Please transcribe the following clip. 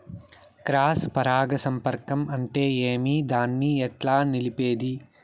Cross పరాగ సంపర్కం అంటే ఏమి? దాన్ని ఎట్లా నిలిపేది?